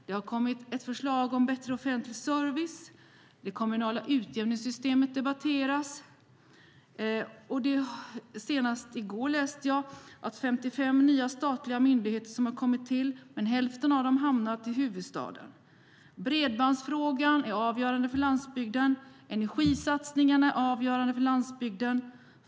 Det har kommit ett förslag om bättre offentlig service. Det kommunala utjämningssystemet debatteras. Senast i går läste jag att 55 nya statliga myndigheter har kommit till, men hälften av dem har hamnat i huvudstaden. Bredbandsfrågan är avgörande för landsbygden. Energisatsningen är avgörande för landsbygden.